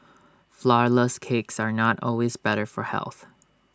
Flourless Cakes are not always better for health